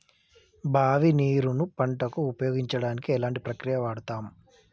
బావి నీరు ను పంట కు ఉపయోగించడానికి ఎలాంటి ప్రక్రియ వాడుతం?